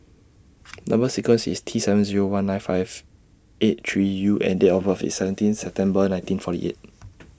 Number sequence IS T seven Zero one nine five eight three U and Date of birth IS seventeen September nineteen forty eight